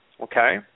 Okay